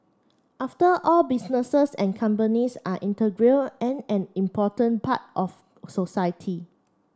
after all businesses and companies are integral and an important part of society